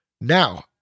Now